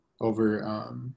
over